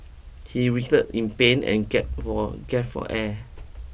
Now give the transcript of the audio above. he writhed in pain and gap for gap for air